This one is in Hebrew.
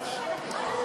נתקבל.